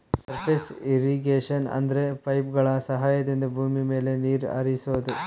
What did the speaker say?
surface irrigation ಅಂದ್ರೆ ಪೈಪ್ಗಳ ಸಹಾಯದಿಂದ ಭೂಮಿ ಮೇಲೆ ನೀರ್ ಹರಿಸೋದು